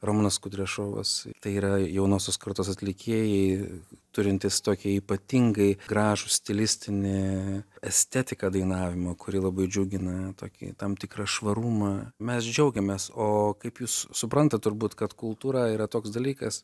ramūnas kudrešovos tai yra jaunosios kartos atlikėjai turintys tokį ypatingai gražų stilistinį estetiką dainavimo kuri labai džiugina tokį tam tikrą švarumą mes džiaugiamės o kaip jūs suprantat turbūt kad kultūra yra toks dalykas